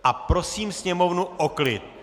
A prosím Sněmovnu o klid.